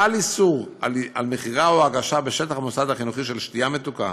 חל איסור על מכירה או הגשה בשטח המוסד החינוכי של שתייה מתוקה